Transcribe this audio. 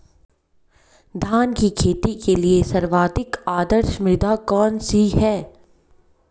धान की खेती के लिए सर्वाधिक आदर्श मृदा कौन सी है?